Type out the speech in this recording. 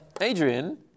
Adrian